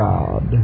God